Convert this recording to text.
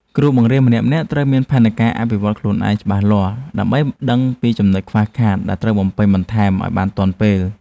គ្រូបង្រៀនម្នាក់ៗត្រូវមានផែនការអភិវឌ្ឍខ្លួនឯងច្បាស់លាស់ដើម្បីដឹងពីចំណុចខ្វះខាតដែលត្រូវបំពេញបន្ថែមឱ្យបានទាន់ពេល។